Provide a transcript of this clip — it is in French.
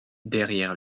derrière